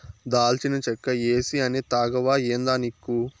దాల్చిన చెక్క ఏసీ అనే తాగవా ఏందానిక్కు